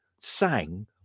sang